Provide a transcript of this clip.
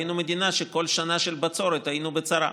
היינו מדינה שבה בכל שנה של בצורת היינו בצרה.